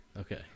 Okay